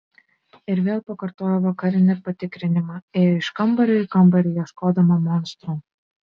ir vėl pakartojo vakarinį patikrinimą ėjo iš kambario į kambarį ieškodama monstrų